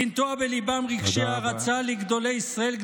לנטוע בליבם רגשי הערצה לגדולי ישראל,